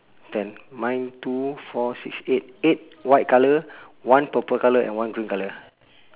ten mine two four six eight eight white colour one purple colour and one green colour